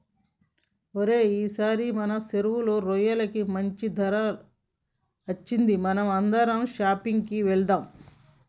ఓరై ఈసారి మన సెరువులో రొయ్యలకి మంచి ధర అచ్చింది మనం అందరం షాపింగ్ కి వెళ్దాం